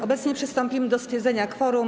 Obecnie przystąpimy do stwierdzenia kworum.